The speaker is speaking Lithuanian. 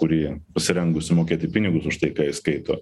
kuri pasirengusi mokėti pinigus už tai ką jie skaito